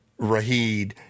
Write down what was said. Rahid